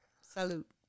Salute